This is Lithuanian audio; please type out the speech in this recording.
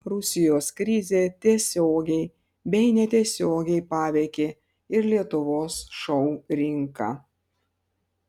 rusijos krizė tiesiogiai bei netiesiogiai paveikė ir lietuvos šou rinką